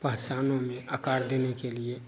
पहचानों में आकार देने के लिए